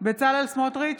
בצלאל סמוטריץ'